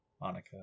Monica